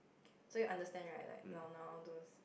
so you understand right like from now towards